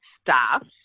staff